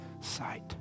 sight